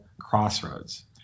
crossroads